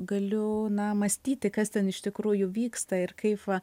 galiu na mąstyti kas ten iš tikrųjų vyksta ir kaif va